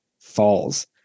Falls